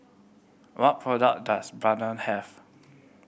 what product does Bedpan have